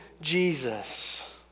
Jesus